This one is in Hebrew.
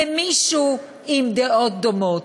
למישהו עם דעות דומות.